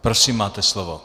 Prosím, máte slovo.